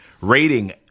rating